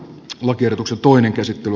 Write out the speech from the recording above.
lakiehdotuksen toinen käsittely